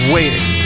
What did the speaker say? Waiting